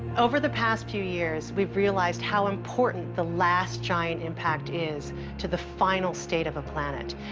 over the past few years we've realized how important the last giant impact is to the final state of a planet.